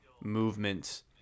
movement